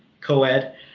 co-ed